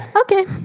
Okay